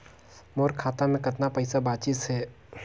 मोर खाता मे कतना पइसा बाचिस हे?